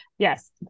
Yes